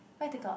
where to talk